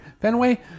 Fenway